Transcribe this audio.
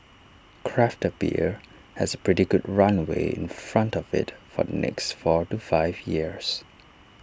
craft beer has pretty good runway in front of IT for the next four to five years